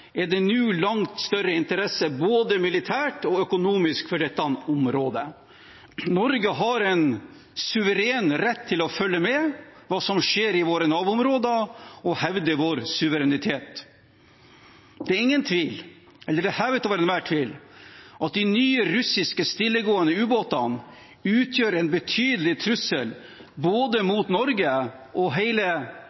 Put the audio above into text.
er det nå langt større interesse, både militært og økonomisk, for dette området. Norge har en suveren rett til å følge med på hva som skjer i våre nærområder, og hevde vår suverenitet. Det er hevet over enhver tvil at de nye russiske stillegående ubåtene utgjør en betydelig trussel mot både